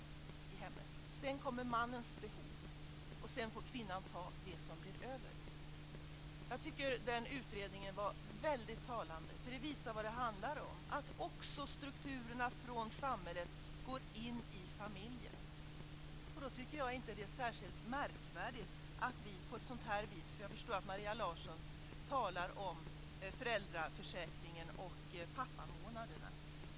Sedan kommer mannens behov. Sedan får kvinnan ta det som blir över. Jag tycker att den utredningen var väldigt talande. Den visade vad det handlar om; att strukturerna från samhället också går in i familjen. Då tycker jag inte att det är särskilt märkvärdigt att vi gör på ett sådant här vis - för jag förstår att Maria Larsson talar om föräldraförsäkringen och pappamånaderna.